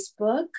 Facebook